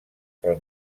pel